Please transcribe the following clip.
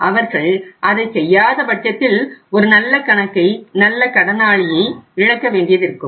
ஆனால் அவர்கள் அதை செய்யாத பட்சத்தில் ஒரு நல்ல கணக்கை நல்ல கடனாளியை இழக்க வேண்டியது இருக்கும்